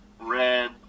red